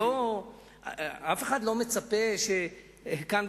אף אחד לא מצפה שכאן,